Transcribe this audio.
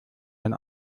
den